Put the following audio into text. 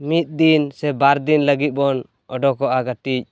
ᱢᱤᱫ ᱫᱤᱱ ᱥᱮ ᱵᱟᱨᱫᱤᱱ ᱞᱟᱹᱜᱤᱫᱵᱚᱱ ᱚᱰᱳᱠᱚᱜᱼᱟ ᱠᱟᱹᱴᱤᱡ